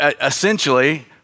essentially